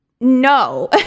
no